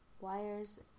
wires